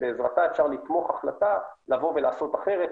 שבעזרתה אפשר לתמוך החלטה לעשות אחרת.